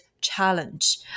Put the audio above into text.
challenge